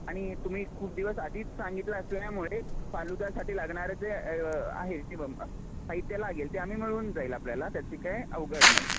आणि तुम्ही खूप दिवस आधीच सांगितलं असल्यामुळे फालुद्यासाठी लागणारं जे आहे ते ब साहित्य लागेल ते आम्ही मिळून जाईल आपल्याला त्याची काय अवघड नाही